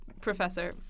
professor